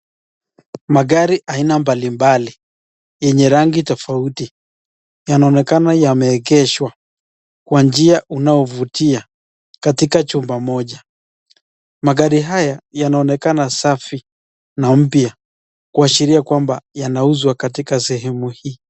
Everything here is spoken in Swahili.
Magari aina mbalimbali yenye rangi tafauti yanaoneka yameekeswa kwa njia unayofutia katika chumba moja magari haya yanaoneka safi na mpya kuashiria kwamba yanauzwa katika sehemu hii.